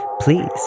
Please